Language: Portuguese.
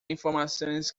informações